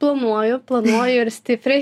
planuoju planuoju ir stipriai